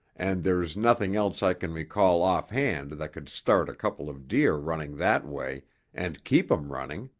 and there's nothing else i can recall offhand that could start a couple of deer running that way and keep em running.